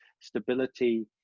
stability